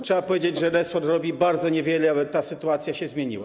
Trzeba powiedzieć, że resort robi bardzo niewiele, aby ta sytuacja się zmieniła.